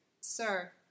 Sir